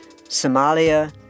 Somalia